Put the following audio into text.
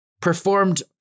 performed